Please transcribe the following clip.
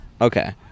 Okay